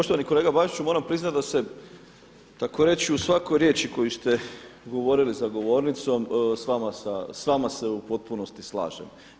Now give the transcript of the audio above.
Poštovani kolega Bačiću moram priznati da se takoreći u svakoj riječi koju ste govorili za govornicom sa vama se u potpunosti slažem.